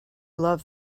love